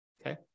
Okay